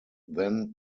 then